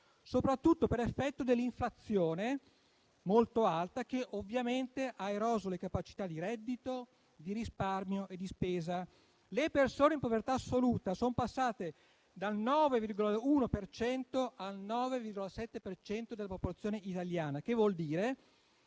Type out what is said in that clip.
soprattutto per effetto dell'inflazione molto alta, che ovviamente ha eroso le capacità di reddito, di risparmio e di spesa. Le persone in povertà assoluta son passate dal 9,1 al 9,7 per cento della popolazione italiana, che vuol dire